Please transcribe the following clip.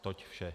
Toť vše.